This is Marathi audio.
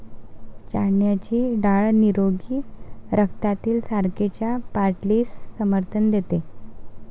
चण्याची डाळ निरोगी रक्तातील साखरेच्या पातळीस समर्थन देते